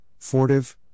Fortive